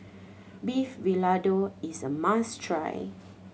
Beef Vindaloo is a must try